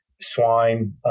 swine